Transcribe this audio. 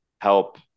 help